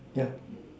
yeah